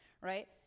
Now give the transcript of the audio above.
right